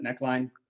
neckline